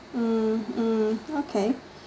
mm mm okay